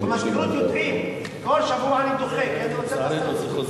במזכירות יודעים, כל שבוע אני דוחה כי אני רוצה,